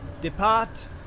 Depart